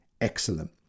Excellent